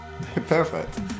Perfect